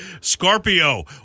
Scorpio